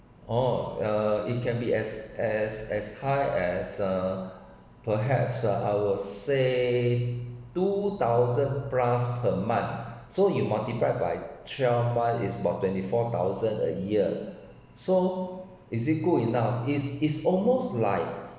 oh uh it can be as as as high as uh perhaps ah I will say two thousand plus per month so you multiplied by twelve month is about twenty four thousand a year so is it good enough is is almost like